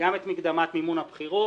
וגם את מקדמת מימון הבחירות